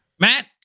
Matt